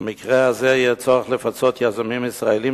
במקרה הזה יהיה צורך לפצות יזמים ישראלים